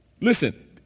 Listen